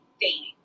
dating